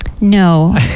No